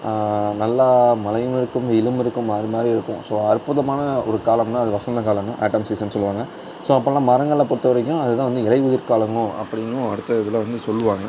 நல்லா மழையும் இருக்கும் வெயிலும் இருக்கும் மாறி மாறி இருக்கும் ஸோ அற்புதமான ஒரு காலம்னா அது வசந்த காலம் தான் ஆட்டம் சீசன்னு சொல்லுவாங்க ஸோ அப்போலாம் மரங்களை பொருத்த வரைக்கும் அதுதான் வந்து இலை உதிர் காலமோ அப்படீன்னும் அடுத்த இதில் வந்து சொல்வாங்க